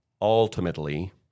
ultimately